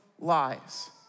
lies